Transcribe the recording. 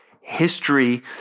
history